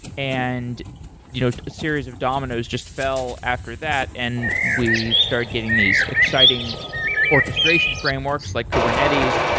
and you know a series of dominos just fell after that and we started getting these exciting orchestration frameworks like kubernetes.